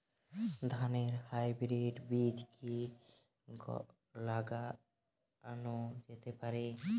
ধানের হাইব্রীড বীজ কি লাগানো যেতে পারে?